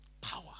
power